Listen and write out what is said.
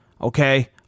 Okay